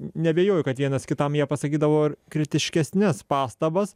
neabejoju kad vienas kitam jie pasakydavo ir kritiškesnes pastabas